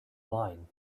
line